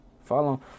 Follow